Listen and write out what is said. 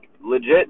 legit